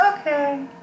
okay